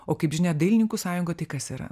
o kaip žinia dailininkų sąjunga tai kas yra